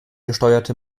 gesteuerte